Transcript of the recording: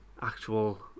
actual